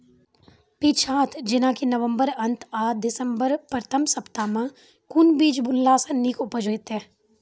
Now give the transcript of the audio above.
पीछात जेनाकि नवम्बर अंत आ दिसम्बर प्रथम सप्ताह मे कून बीज बुनलास नीक उपज हेते?